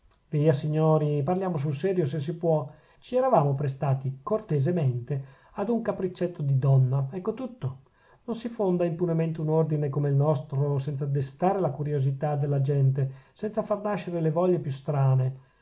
via signori parliamo sul serio se si può ci eravamo prestati cortesemente ad un capriccetto di donna ecco tutto non si fonda impunemente un ordine come il nostro senza destare la curiosità della gente senza far nascere le voglie più strane